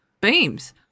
beams